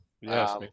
yes